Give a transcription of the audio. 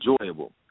enjoyable